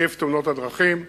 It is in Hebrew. היקף תאונות הדרכים.